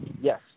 Yes